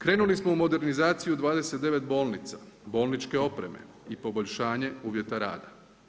Krenuli smo u modernizaciju 29 bolnica, bolničke opreme i poboljšanje uvjeta rada.